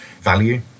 value